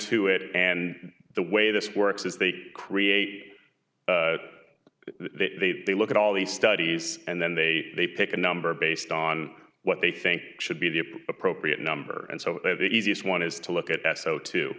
to it and the way this works is they create they they look at all the studies and then they they pick a number based on what they think should be the appropriate number and so the easiest one is to look at that so t